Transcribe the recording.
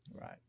Right